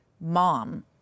mom